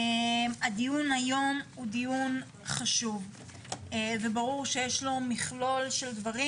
הדיון היום הוא דיון חשוב וברור שיש לו מכלול של דברים.